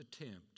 attempt